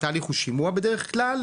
התהליך הוא שימוע בדרך כלל,